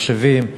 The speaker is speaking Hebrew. מחשבים,